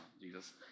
Jesus